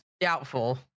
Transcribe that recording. Doubtful